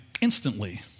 instantly